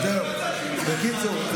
בקיצור,